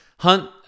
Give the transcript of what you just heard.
Hunt